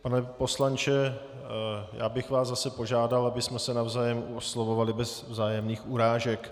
Pane poslanče, já bych vás zase požádal, abychom se navzájem oslovovali bez vzájemných urážek.